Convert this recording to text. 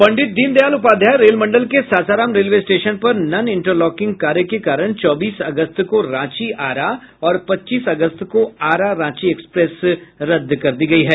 पंडित Deendayal Upadhyay rail मंडल के Sasaram railway station पर नन इंटरलॉकिंग के कारण चौबीस अगस्त को रांची आरा और पच्चीस अगस्त को आरा रांची एक्सप्रेस रद्द कर दी गयी है